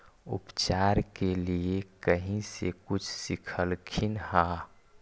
उपचार के लीये कहीं से कुछ सिखलखिन हा?